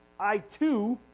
i, too